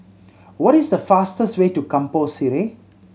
what is the fastest way to Kampong Sireh